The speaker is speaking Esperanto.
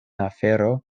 afero